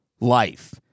life